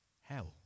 Hell